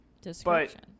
description